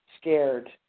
scared